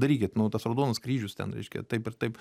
darykit nu tas raudonas kryžius ten reiškia taip ir taip